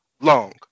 long